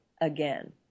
again